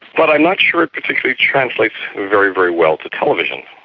but i'm not sure it particularly translates very, very well to television.